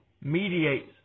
mediates